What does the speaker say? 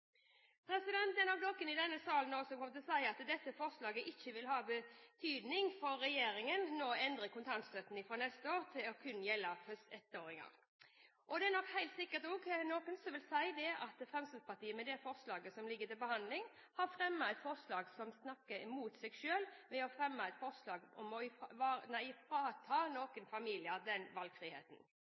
i denne salen som kommer til å si at dette forslaget ikke vil ha betydning etter at regjeringen nå endrer kontantstøtten for neste år til kun å gjelde ettåringer. Det er nok helt sikkert også noen som vil si at Fremskrittspartiet med det forslaget som ligger til behandling, har fremmet et forslag der vi snakker mot oss selv ved å fremme et forslag om å frata noen familier den valgfriheten.